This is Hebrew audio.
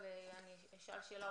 אבל אני אשאל שאלה,